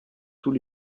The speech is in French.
tous